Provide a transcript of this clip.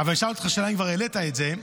אבל אני אשאל אותך שאלה, אם כבר העלית את זה.